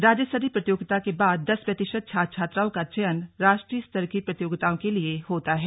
राज्य स्तरीय प्रतियोगिता के बाद दस प्रतिशत छात्र छात्राओं का चयन राष्ट्रीय स्तर की प्रतियोगिता के लिए होता है